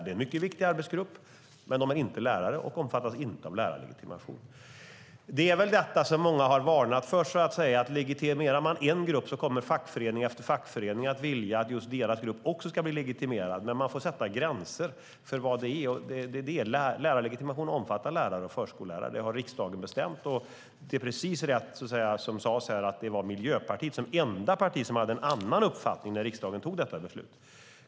Det är en mycket viktig arbetsgrupp, men de är inte lärare och omfattas inte av lärarlegitimationen. Det är detta som många har varnat för, alltså att legitimerar man en grupp kommer fackförening efter fackförening att vilja att just deras grupp också ska bli legitimerad, men man måste sätta gränser. Lärarlegitimationen omfattar lärare och förskollärare. Det har riksdagen bestämt. Det är precis rätt som sades här att Miljöpartiet var det enda partiet som hade en annan uppfattning när riksdagen fattade detta beslut.